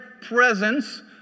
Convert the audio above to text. presence